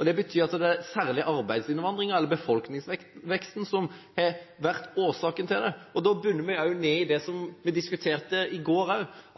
og det betyr at det er særlig arbeidsinnvandringen eller befolkningsveksten som har vært årsaken til det. Da bunner det også ut i det vi diskuterte i går,